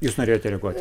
jūs norėjote reaguoti